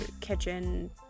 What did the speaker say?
kitchen